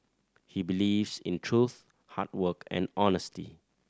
he believes in truth hard work and honesty